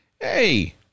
hey